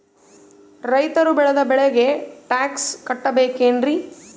ರೈತರು ಬೆಳೆದ ಬೆಳೆಗೆ ಟ್ಯಾಕ್ಸ್ ಕಟ್ಟಬೇಕೆನ್ರಿ?